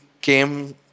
came